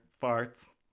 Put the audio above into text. Farts